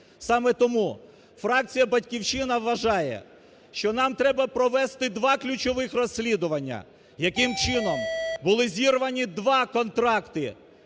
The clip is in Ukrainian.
Саме тому фракція "Батьківщина" вважає, що нам треба провести два ключових розслідування, яким чином були зірвані два контракти